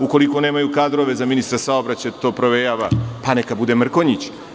Ukoliko nemaju kadrove za ministra saobraćaja, to provejava, pa neka bude Mrkonjić.